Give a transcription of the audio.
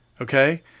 Okay